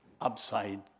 upside